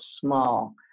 small